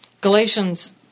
Galatians